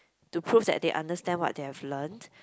to prove that they understand what they have learnt